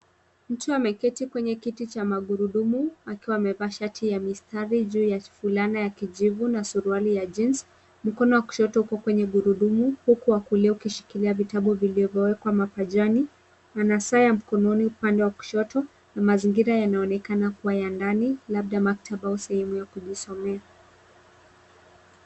Mtu ameketi kwenye kiti cha magurudumu akiwa amevaa shati ya mistari juu ya fulana ya kijivu na suruali ya jeans . Mkono wa kushoto uko kwenye gurudumu huku wa kulia ukishikilia vitabu vilivyowekwa mapajani. Ana saa ya mkononi upande wa kushoto na mazingira yanaonekana kuwa ya ndani labda maktaba au sehemu ya kujisomea.